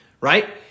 right